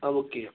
ആ ബുക്ക് ചെയ്യാം